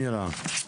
מירה?